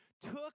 took